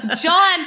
John